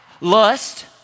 lust